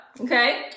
Okay